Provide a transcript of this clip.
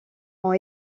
ont